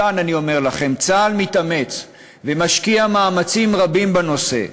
מכאן אני אומר לכם: צה"ל מתאמץ ומשקיע מאמצים רבים בנושא,